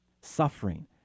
suffering